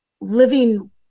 living